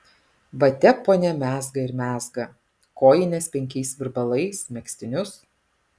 va tep ponia mezga ir mezga kojines penkiais virbalais megztinius